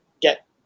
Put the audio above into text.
get